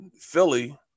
Philly